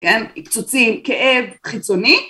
כן? קצוצים, כאב, חיצוני.